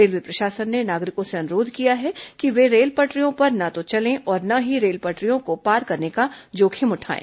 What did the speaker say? railway प्रशासन ने नागरिकों से अनुरोध किया है कि ये रेल पटरियों पर न तो चलें और न ही रेल पटरियों को पार करने का जोखिम उठाएं